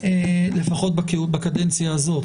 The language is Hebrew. לפחות בקדנציה הזאת.